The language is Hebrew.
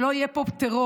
שלא יהיה פה טרור,